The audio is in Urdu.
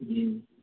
جی